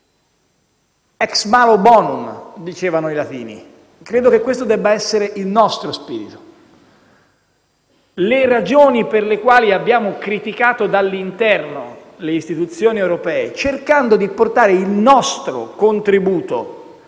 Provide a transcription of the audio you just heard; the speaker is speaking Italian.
*Ex malo bonum*, dicevano i latini. Credo che questo debba essere il nostro spirito. Le ragioni per le quali abbiamo criticato dall'interno le istituzioni europee, cercando di portare il nostro contributo